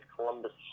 Columbus